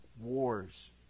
wars